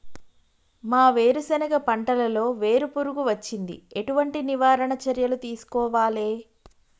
మా వేరుశెనగ పంటలలో వేరు పురుగు వచ్చింది? ఎటువంటి నివారణ చర్యలు తీసుకోవాలే?